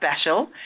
special